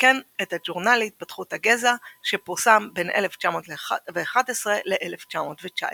וכן את ה"ג'ורנל להתפתחות הגזע" שפורסם בין 1911 ל-1919.